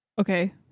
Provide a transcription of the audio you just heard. Okay